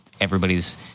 Everybody's